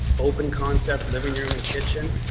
open concept living room and kitchen.